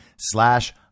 slash